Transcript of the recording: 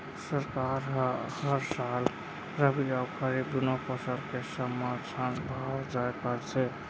सरकार ह हर साल रबि अउ खरीफ दूनो फसल के समरथन भाव तय करथे